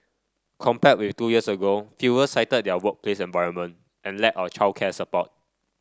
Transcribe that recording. compared with two years ago fewer cited their workplace environment and lack or childcare support